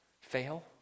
fail